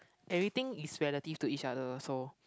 everything is relative to each other so